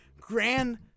grand